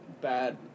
bad